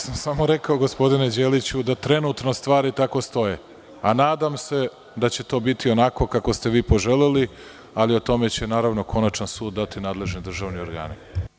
Samo sam rekao, gospodine Đeliću, da trenutno stvari tako stoje, a nadam se da će to biti onako kako ste vi poželeli, ali o tome će, naravno, konačan sud dati nadležni državni organi.